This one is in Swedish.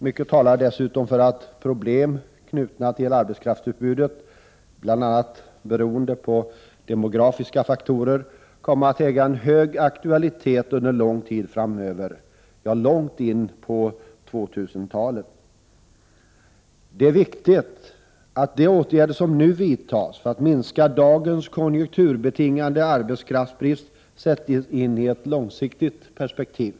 Mycket talar dessutom för att problem knutna till arbetskraftsutbudet bl.a. beroende på demografiska faktorer kommer att äga hög aktualitet under lång tid framöver, långt in på 2000-talet. Det är viktigt att de åtgärder som nu vidtas för att minska dagens konjunkturbetingade arbetskraftsbrist sätts in i ett långsiktigt perspektiv.